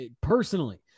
personally